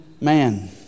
man